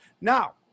Now